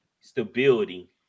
stability